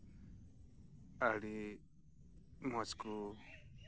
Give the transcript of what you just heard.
ᱟᱹᱰᱤ ᱢᱚᱸᱡᱽ ᱠᱚ